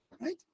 Right